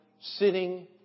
sitting